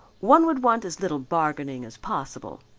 one would want as little bargaining as possible.